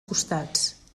costats